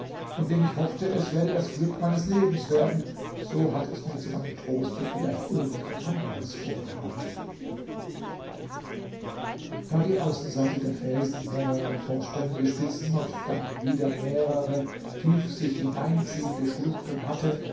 von dem ich hoffte es werde das glück meines lebens werden so hat es mir zu meinem troste vielleicht irgend ein anderes vorbehalten da die außenseite der felsen mehrere vorspringende spitzen und dann wieder mehrere tief sich hineinziehende schluchten hatte